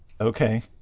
Okay